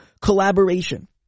collaboration